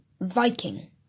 Viking